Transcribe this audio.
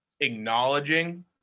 acknowledging